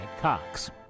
Cox